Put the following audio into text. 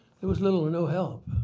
there was little or no help.